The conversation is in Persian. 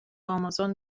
آمازون